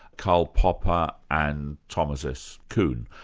karl popper and thomas s. kuhn.